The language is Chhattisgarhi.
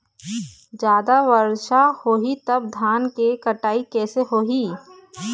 जादा वर्षा होही तब धान के कटाई कैसे होही?